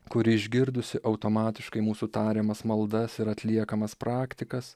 kuri išgirdusi automatiškai mūsų tariamas maldas ir atliekamas praktikas